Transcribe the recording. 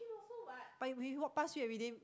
but we we walk past you everyday